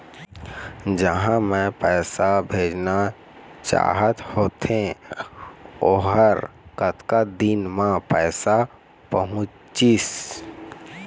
जहां मैं पैसा भेजना चाहत होथे ओहर कतका दिन मा पैसा पहुंचिस?